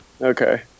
Okay